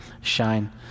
shine